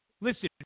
Listen